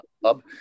club